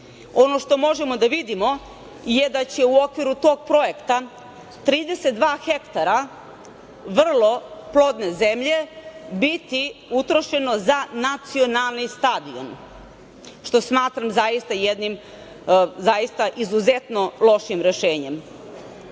što možemo da vidimo je da će u okviru tog projekta 32 hektara vrlo plodne zemlje biti utrošeno za nacionalni stadion, što smatram zaista jednim izuzetno lošim rešenjem.